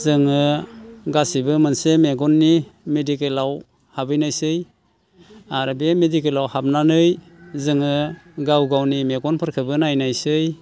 जोङो गासिबो मोनसे मेगननि मेडिकेलाव हाबहैनायसै आरो बे मेडिकेलाव हाबनानै जोङो गावगावनि मेगनफोरखोबो नायनायसै